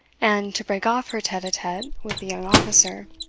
and, to break off her tete-a-tete with the young officer,